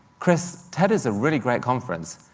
chris, ted is a really great conference.